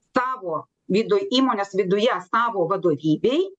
savo viduj įmonės viduje savo vadovybei